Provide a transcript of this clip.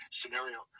scenario